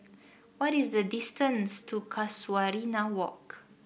what is the distance to Casuarina Walk